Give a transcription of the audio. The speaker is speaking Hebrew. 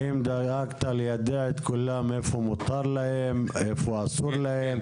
האם דאגת ליידע את כולם איפה מותר להם ואיפה אסור להם,